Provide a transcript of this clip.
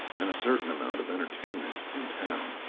and a certain amount of entertainment in town.